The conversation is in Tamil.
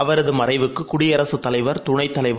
அவரதுமறைவுக்குகுடியரசுதலைவர் துணைத்தலைவர்